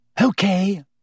Okay